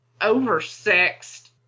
oversexed